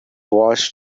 watched